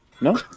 No